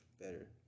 better